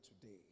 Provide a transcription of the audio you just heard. today